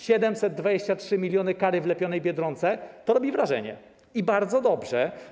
723 mln kary wlepionej Biedronce robi wrażenie i bardzo dobrze.